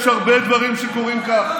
יש הרבה דברים שקורים כך,